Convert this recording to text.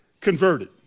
converted